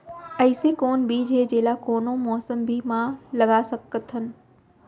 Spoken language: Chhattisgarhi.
अइसे कौन बीज हे, जेला कोनो मौसम भी मा लगा सकत हन?